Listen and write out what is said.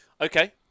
okay